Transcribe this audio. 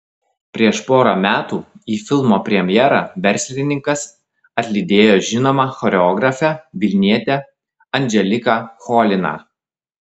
prieš porą metų į filmo premjerą verslininkas atlydėjo žinomą choreografę vilnietę anželiką choliną